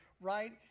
right